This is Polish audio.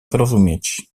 zrozumieć